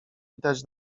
widać